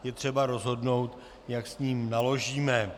Je třeba rozhodnout, jak s ním naložíme.